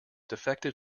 defective